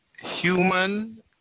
human